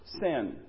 sin